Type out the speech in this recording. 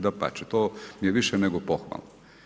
Dapače, to je više nego pohvalno.